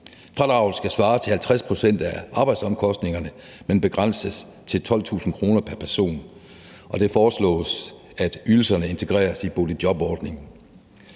Fradraget skal svare til 50 pct. af arbejdsomkostningerne, men begrænses til 12.000 kr. pr. person. Det foreslås, at ydelserne integreres i boligjobordningen.